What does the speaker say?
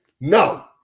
No